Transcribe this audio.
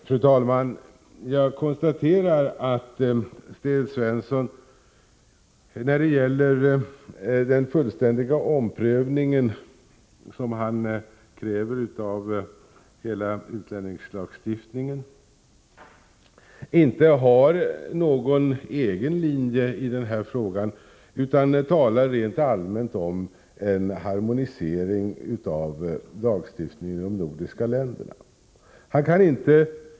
Fru talman! Jag konstaterar att Sten Svensson när det gäller den fullständiga omprövning som han kräver av hela utlänningslagstiftningen inte har någon egen linje, utan talar rent allmänt om en harmonisering av lagstiftningen i de nordiska länderna.